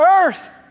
Earth